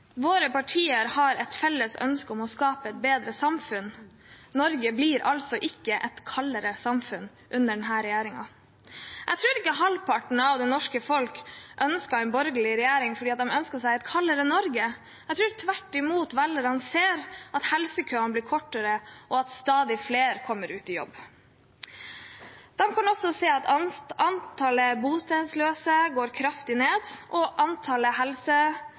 Våre partier har et felles ønske om å skape et bedre samfunn. Norge blir altså ikke et kaldere samfunn under denne regjeringen. Jeg tror ikke halvparten av det norske folk ønsker en borgerlig regjering fordi de ønsker seg et kaldere Norge. Jeg tror – tvert imot – velgerne ser at helsekøene blir kortere, og at stadig flere kommer ut i jobb. De kan også se at antallet bostedsløse går kraftig ned, at antallet helsesykepleiere i skolen går opp, og